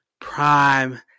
prime